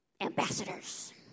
ambassadors